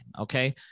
okay